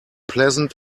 pleasant